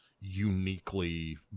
uniquely